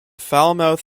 falmouth